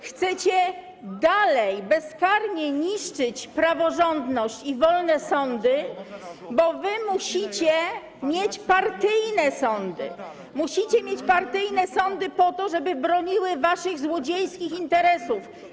Chcecie dalej bezkarnie niszczyć praworządność i wolne sądy, bo musicie mieć partyjne sądy, musicie mieć partyjne sądy po to, żeby broniły waszych złodziejskich interesów.